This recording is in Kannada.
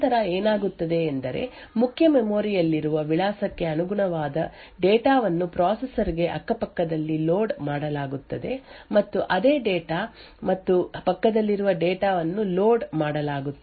ಈ ಸೂಚನೆಯನ್ನು ಮೊದಲ ಬಾರಿಗೆ ಕಾರ್ಯಗತಗೊಳಿಸಲಾಗಿದೆ ಎಂದು ಹೇಳೋಣ ಮತ್ತು ನಂತರ ಏನಾಗುತ್ತದೆ ಎಂದರೆ ಮುಖ್ಯ ಮೆಮೊರಿ ಯಲ್ಲಿರುವ ವಿಳಾಸಕ್ಕೆ ಅನುಗುಣವಾದ ಡೇಟಾ ವನ್ನು ಪ್ರೊಸೆಸರ್ ಗೆ ಅಕ್ಕಪಕ್ಕದಲ್ಲಿ ಲೋಡ್ ಮಾಡಲಾಗುತ್ತದೆ ಮತ್ತು ಅದೇ ಡೇಟಾ ಮತ್ತು ಪಕ್ಕದಲ್ಲಿರುವ ಡೇಟಾ ವನ್ನು ಲೋಡ್ ಮಾಡಲಾಗುತ್ತದೆ